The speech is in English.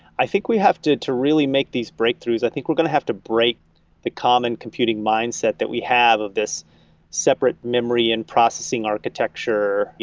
i think we have to to really make these breakthroughs. i think we're going to have to break the common computing mindset that we have of this separate memory and processing architecture.